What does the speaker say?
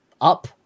up